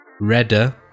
Redder